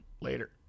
later